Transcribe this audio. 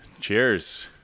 Cheers